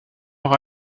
noch